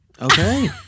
Okay